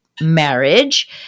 marriage